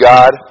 God